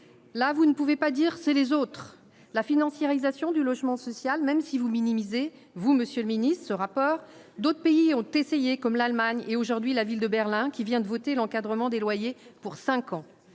là vous ne pouvez pas dire c'est les autres, la financiarisation du logement social, même si vous minimisez-vous Monsieur le Ministre, ce rapport, d'autres pays ont essayé, comme l'Allemagne et, aujourd'hui, la ville de Berlin, qui vient de voter l'encadrement des loyers pour 5 ans,